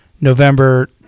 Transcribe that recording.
November